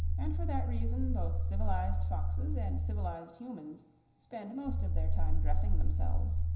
and for that reason both civilized foxes and civilized humans spend most of their time dressing themselves.